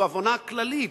זו הבנה כללית.